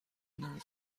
نمی